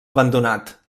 abandonat